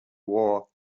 war